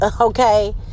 Okay